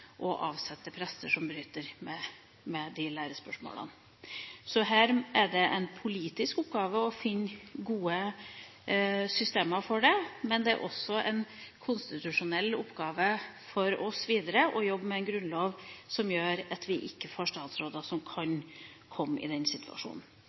og å avsette prester som bryter med de lærespørsmålene. Så det er en politisk oppgave å finne gode systemer for det. Det er også en konstitusjonell oppgave for oss å jobbe videre med en grunnlov som gjør at vi ikke får statsråder som